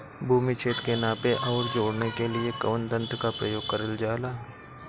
भूमि क्षेत्र के नापे आउर जोड़ने के लिए कवन तंत्र का प्रयोग करल जा ला?